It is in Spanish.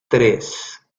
tres